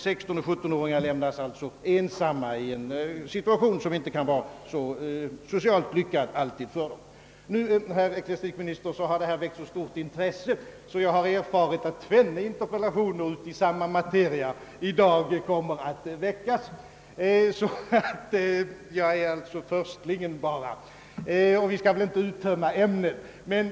Sextonoch sjuttonåringar lämnas alltså ensamma i en situation som inte alltid kan vara så socialt lyckad. Detta problem, herr ecklesiastikminister, har väckt så stort intresse att — efter vad jag har erfarit — tvenne interpellationer i samma materia i dag kommer att framställas. Jag är således bara förstlingen, och vi skall väl inte uttömma ämnet.